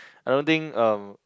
I don't think um